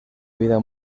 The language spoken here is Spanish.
vida